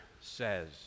says